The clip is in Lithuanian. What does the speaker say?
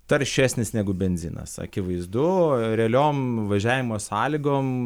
taršesnis negu benzinas akivaizdu realiom važiavimo sąlygom